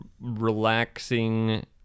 relaxing